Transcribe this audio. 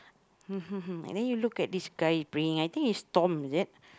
then you look at this guy bringing I think he's Tom is it